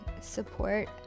support